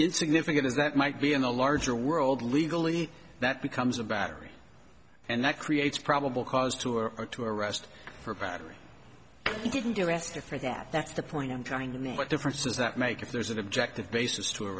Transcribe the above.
insignificant as that might be in a larger world legally that becomes a battery and that creates probable cause to or to arrest for battery and he didn't arrest her for that that's the point i'm trying to make what difference does that make if there's an objective basis to a